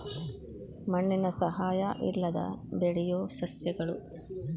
ಮಣ್ಣಿನ ಸಹಾಯಾ ಇಲ್ಲದ ಬೆಳಿಯು ಸಸ್ಯಗಳು